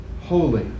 Holy